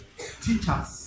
Teachers